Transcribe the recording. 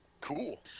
Cool